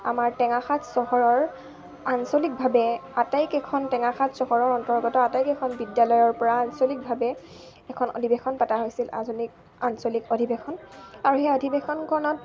আমাৰ টেঙাখাত চহৰৰ আঞ্চলিকভাৱে আটাইকেইখন টেঙাখাত চহৰৰ অন্তৰ্গত আটাইকেইখন বিদ্যালয়ৰ পৰা আঞ্চলিকভাৱে এখন অধিৱেশন পতা হৈছিল আঞ্চলিক অধিৱেশন আৰু সেই অধিৱেশনখনত